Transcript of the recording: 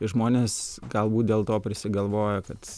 žmonės galbūt dėl to prisigalvoja kad